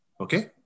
Okay